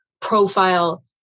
profile